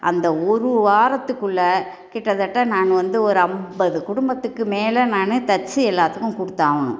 அந்த ஒரு வாரத்துக்குள்ளே கிட்டத்தட்ட நானு வந்து ஒரு ஐம்பது குடும்பத்துக்கு மேலே நானு தைச்சி எல்லாத்துக்கும் குடுத்தாகணும்